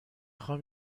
خوام